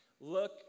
Look